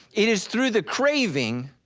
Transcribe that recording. it is through the craving,